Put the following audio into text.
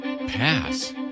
Pass